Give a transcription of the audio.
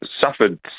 suffered